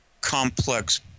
complex